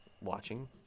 watching